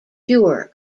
pure